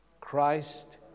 Christ